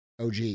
OG